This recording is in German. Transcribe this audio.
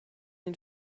den